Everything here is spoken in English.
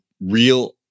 real